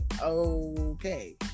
okay